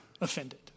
offended